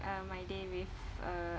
uh my day with a